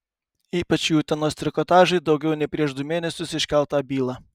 ypač į utenos trikotažui daugiau nei prieš du mėnesius iškeltą bylą